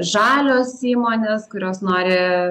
žalios įmonės kurios nori